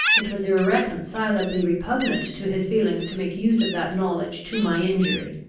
it was irreconcilably repugnant to his feelings to make use of that knowledge to my injury.